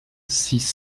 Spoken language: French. six